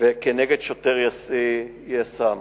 וכנגד שוטר יס"מ.